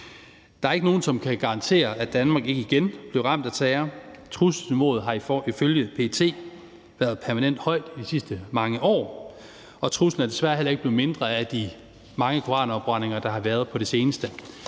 Der er ikke nogen, der kan garantere, at Danmark ikke igen bliver ramt af terror. Trusselsniveauet har ifølge PET været permanent højt de sidste mange år, og truslen er desværre heller ikke blevet mindre af de mange koranafbrændinger, der har været på det seneste.